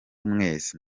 mwese